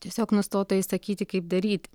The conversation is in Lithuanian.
tiesiog nustotų jai sakyti kaip daryti